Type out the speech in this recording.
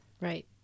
Right